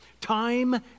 Time